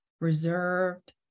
reserved